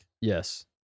Yes